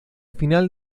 final